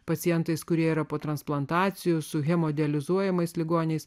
pacientais kurie yra po transplantacijų su hemodializuojamas ligoniais